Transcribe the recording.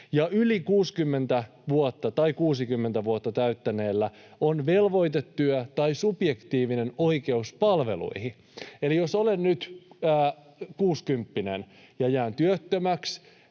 ja 60 vuotta täyttäneellä on velvoitetyö tai subjektiivinen oikeus palveluihin. Eli jos olen nyt kuusikymppinen ja jään työttömäksi